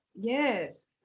yes